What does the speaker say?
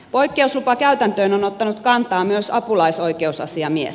poikkeuslupakäytäntöön on ottanut kantaa myös apulaisoikeusasiamies